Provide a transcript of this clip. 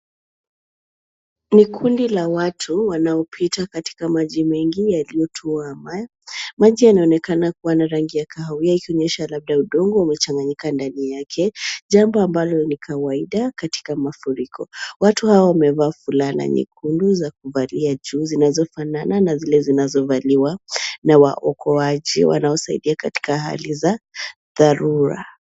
Ni kundi la watu wanaopita katika maji mengi yaliyotuama. Maji yanaonekana kuwa na rangi ya kahawia ikionyesha labda udongo umechanganyika ndani yake, jambo ambalo ni kawaida katika mafuriko. Watu hawa wamevaa fulana nyekundu za kuvalia juu zinazofanana na zile zinazovaliwa na waokoaji wanaosaidia katika hali za dharura.